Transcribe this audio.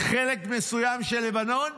חלק מסוים של לבנון?